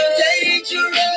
dangerous